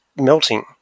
melting